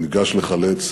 ניגש לחלץ